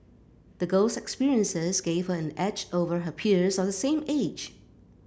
the girl's experiences gave her an edge over her peers of the same age